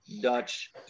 Dutch